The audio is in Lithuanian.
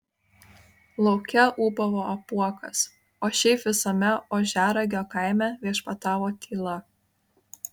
lauke ūbavo apuokas o šiaip visame ožiaragio kaime viešpatavo tyla